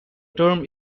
term